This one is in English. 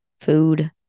food